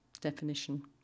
definition